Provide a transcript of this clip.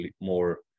more